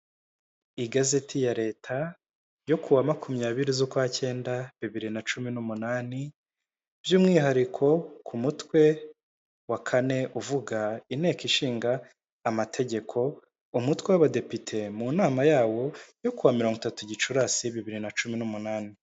Igazeti ya leta yo kuwa makumyabiri z'ukwacnda bibiri na cumi numunani by'umwihariko ku mutwe wa kane uvuga inteko ishinga amategeko umutwe w'abadepite mu nama yawo yo kuwa mirongo itatu gicurasi bibiri na cumi n'umunani